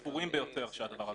מקרים ספורים ביותר שהדבר הזה קורה.